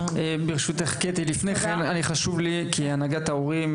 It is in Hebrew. ברשותך, קטי, לפני כן חשוב לי, כי הנהגת ההורים